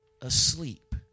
asleep